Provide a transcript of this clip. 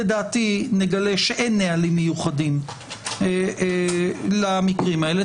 לדעתי נגלה שאין נהלים מיוחדים למקרים האלה.